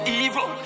evil